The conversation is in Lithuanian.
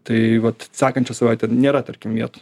tai vat sekančią savaitę nėra tarkim vietų